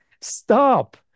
Stop